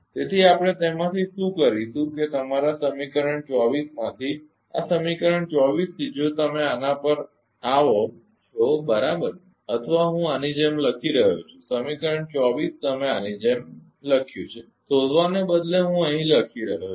તેથી આપણે તેમાંથી શું કરીશું કે તમારા સમીકરણ 24 માંથી આ સમીકરણ 24 થી જો તમે આના પર આવો છો બરાબર અથવા હું આની જેવું લખી રહ્યો છું કે સમીકરણ 24 તમે આની જેમ લખ્યુ છે શોધવાને બદલે હું અહીં લખી રહ્યો છું